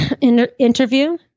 interview